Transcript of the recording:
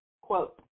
quote